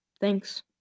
Thanks